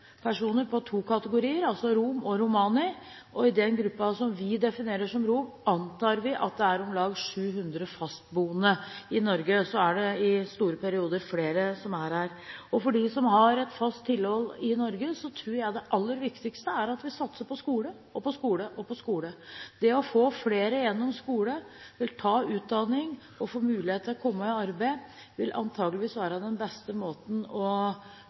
på to kategorier, altså rom og romani, og i den gruppen som vi definerer som rom, antar vi at det er om lag 700 fastboende i Norge. Så er det i lange perioder flere som er her. For dem som har et fast tilhold i Norge, tror jeg det aller viktigste er at vi satser på skole, på skole og på skole. Det å få flere gjennom skole, til å ta utdanning og gi dem mulighet til å komme i arbeid vil antakelig være den beste måten